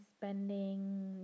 spending